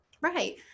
right